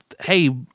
Hey